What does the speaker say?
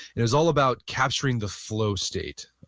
it's all about capturing the flow state,